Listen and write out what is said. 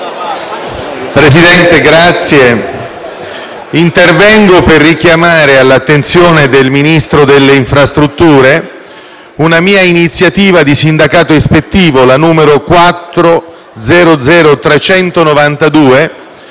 Presidente, intervengo per richiamare all'attenzione del Ministro delle infrastrutture una mia iniziativa di sindacato ispettivo, la